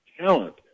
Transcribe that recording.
talent